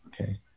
Okay